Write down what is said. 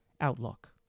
outlook